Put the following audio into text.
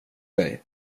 dig